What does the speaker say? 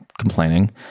complaining